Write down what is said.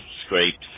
scrapes